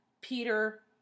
Peter